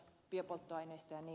ja niin edelleen